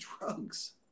drugs